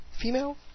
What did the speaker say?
female